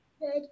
Good